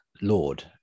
Lord